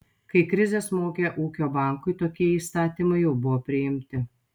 kai krizė smogė ūkio bankui tokie įstatymai jau buvo priimti